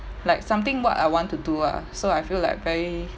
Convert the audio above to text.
like something what I want to do lah so I feel like very